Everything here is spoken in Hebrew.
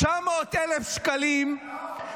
--- 900,000 שקלים --- נאור,